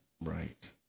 Right